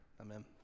amen